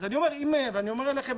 אז אני פונה אליכם,